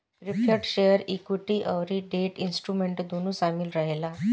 preferred share equity अउरी debt instrument दूनो शामिल रहेला